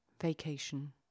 vacation